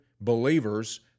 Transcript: believers